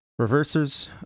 reversers